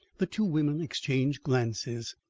the two women exchanged glances.